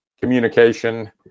communication